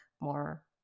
more